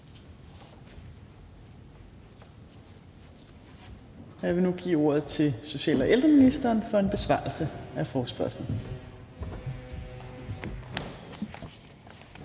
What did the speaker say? Jeg vil nu give ordet til social- og ældreministeren for besvarelse af forespørgslen.